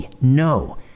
no